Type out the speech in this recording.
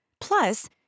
Plus